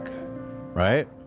Right